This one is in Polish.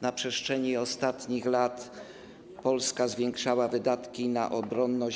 Na przestrzeni ostatnich lat Polska zwiększała wydatki na obronność.